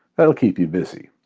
they'll keep you busy.